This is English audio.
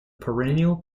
perennial